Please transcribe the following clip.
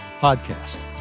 podcast